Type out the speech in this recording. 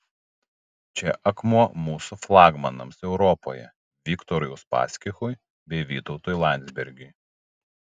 čia akmuo mūsų flagmanams europoje viktorui uspaskichui bei vytautui landsbergiui